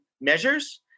measures